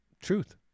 Truth